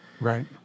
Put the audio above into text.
Right